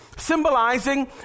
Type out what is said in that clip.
symbolizing